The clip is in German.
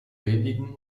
wenigen